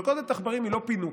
מלכודת עכברים היא לא פינוק,